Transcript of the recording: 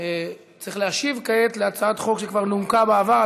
צריך להשיב כעת על הצעת חוק שכבר נומקה בעבר,